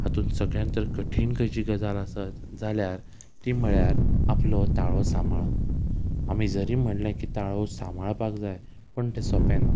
हातून सगळ्यांतर कठीण खंयची गजाल आसत जाल्यार ती म्हळ्यार आपलो ताळो सांबाळप आमी जरी म्हणलें की ताळो सांबाळपाक जाय पूण तें सोंपें ना